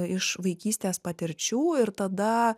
iš vaikystės patirčių ir tada